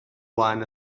flaen